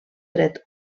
dret